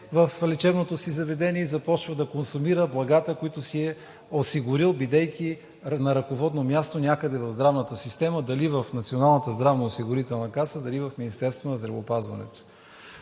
в лечебното си заведение и започва да консумира благата, които си е осигурил, бидейки на ръководно място някъде в здравната система – дали в Националната здравноосигурителна каса, дали в Министерството на здравеопазването.